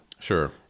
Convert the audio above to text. Sure